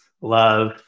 love